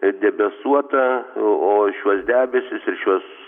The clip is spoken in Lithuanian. debesuota o šiuos debesis ir šiuos